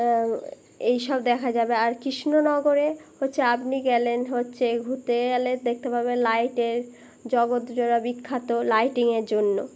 এইসব দেখা যাবে আর কৃষ্ণনগরে হচ্ছে আপনি গেলেন হচ্ছে ঘুরতে গেলে দেখতে পাবে লাইটের জগৎ জোড়া বিখ্যাত লাইটিংয়ের জন্য